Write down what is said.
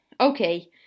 okay